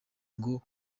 ngo